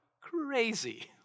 crazy